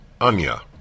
Anya